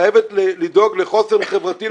חייבת לדאוג לחוסן חברתי,